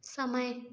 समय